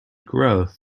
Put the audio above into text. growth